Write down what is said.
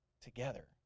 together